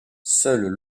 seul